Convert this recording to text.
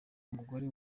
umugore